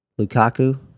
Lukaku